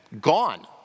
Gone